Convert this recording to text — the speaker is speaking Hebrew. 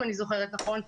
אם אני זוכרת נכון,